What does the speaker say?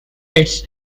its